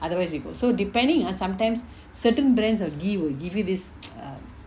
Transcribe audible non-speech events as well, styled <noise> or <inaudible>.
otherwise you go so depending ah sometimes certain brands of ghee will give you this <noise> err